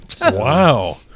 Wow